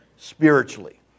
Spiritually